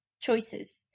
choices